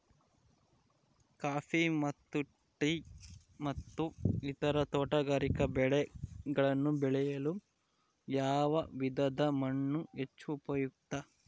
Coffee ಮತ್ತು tea ಮತ್ತು ಇತರ ತೋಟಗಾರಿಕೆ ಬೆಳೆಗಳನ್ನು ಬೆಳೆಯಲು ಯಾವ ವಿಧದ ಮಣ್ಣು ಹೆಚ್ಚು ಉಪಯುಕ್ತ?